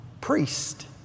Priest